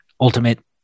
ultimate